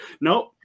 Nope